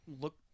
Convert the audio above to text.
look